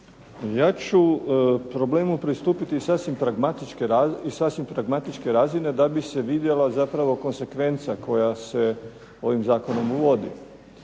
Ja ću problemu pristupiti iz sasvim pragmatičke razine da bi se vidjela zapravo konsekvenca koja se ovim zakonom uvodi.